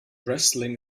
wrestling